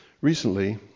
Recently